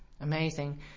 Amazing